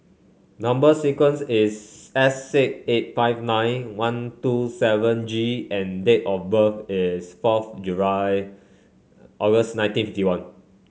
number sequence is S six eight five nine one two seven G and date of birth is fourth July August nineteen fifty one